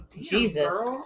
jesus